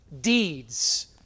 deeds